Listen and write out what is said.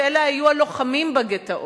ואלו היו הלוחמים בגטאות,